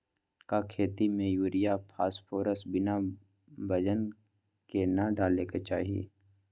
का खेती में यूरिया फास्फोरस बिना वजन के न डाले के चाहि?